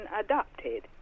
adopted